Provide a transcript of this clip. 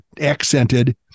accented